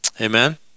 Amen